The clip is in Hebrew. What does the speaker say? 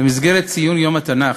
במסגרת ציון יום התנ"ך,